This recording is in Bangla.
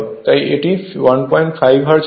তাই এটি 15 হার্জ হবে